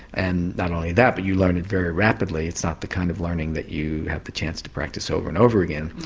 and not only that but you learn it very rapidly, it's not the kind of learning that you have the chance to practise over and over again.